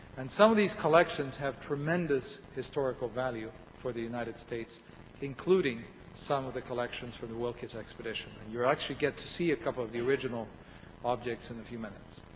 and some of these collections have tremendous historical value for the united states including some of the collections for the wilkes expedition and you'll actually get to see a couple of the original objects in a few minutes.